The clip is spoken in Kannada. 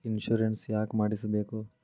ಇನ್ಶೂರೆನ್ಸ್ ಯಾಕ್ ಮಾಡಿಸಬೇಕು?